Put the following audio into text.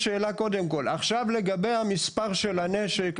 לגבי המספר של הנשק,